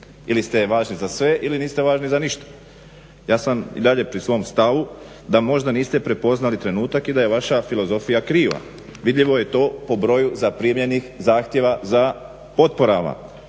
Ili ste važni za sve ili niste važni za ništa. Ja sam i dalje pri svom stavu da možda niste prepoznali trenutak i da je vaša filozofija kriva. Vidljivo je to po broju zaprimljenih zahtjeva za potporama,